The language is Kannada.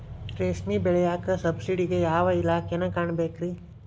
ರೇಷ್ಮಿ ಬೆಳಿಯಾಕ ಸಬ್ಸಿಡಿಗೆ ಯಾವ ಇಲಾಖೆನ ಕಾಣಬೇಕ್ರೇ?